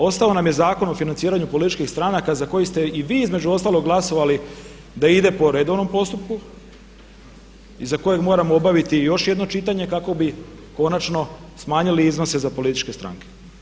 Ostao nam je Zakon o financiranju političkih stranaka za koji ste i vi između ostalog glasovali da ide po redovnom postupku i za kojeg moramo obaviti još jedno čitanje kako bi konačno smanjili iznose za političke stranke.